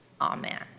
amen